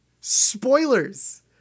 Spoilers